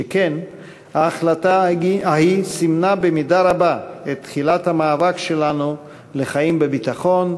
שכן ההחלטה ההיא סימנה במידה רבה את תחילת המאבק שלנו לחיים בביטחון,